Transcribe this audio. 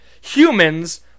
Humans